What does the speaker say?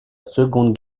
seconde